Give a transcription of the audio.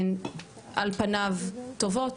הן על פניו טובות,